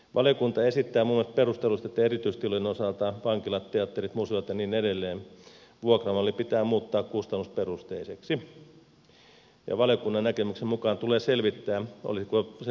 valiokunta esittää minun mielestäni perustellusti että erityistilojen osalta vankilat teatterit museot ja niin edelleen vuokramalli pitää muuttaa kustannusperusteiseksi ja valiokunnan näkemyksen mukaan tulee selvittää olisiko senaatin luovuttava yliopistokiinteistöistä